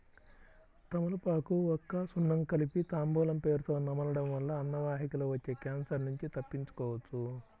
తమలపాకు, వక్క, సున్నం కలిపి తాంబూలం పేరుతొ నమలడం వల్ల అన్నవాహికలో వచ్చే క్యాన్సర్ నుంచి తప్పించుకోవచ్చు